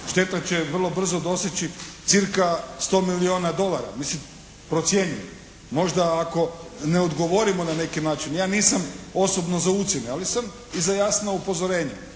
Šteta će vrlo brzo dostići cca 100 milijuna dolara, mislim procjenjuju. Možda ako ne odgovorimo na neki način. Ja nisam osobno za ucjene, ali sam i za jasno upozorenje.